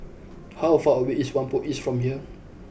how far away is Whampoa East from here